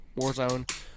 Warzone